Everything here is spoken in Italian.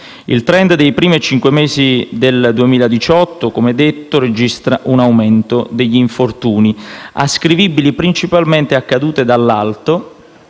Il *trend* dei primi cinque mesi del 2018, come detto, registra un aumento degli infortuni, ascrivibili principalmente a cadute dall'alto,